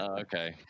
Okay